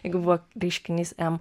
jeigu buvo reiškinys m